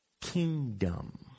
kingdom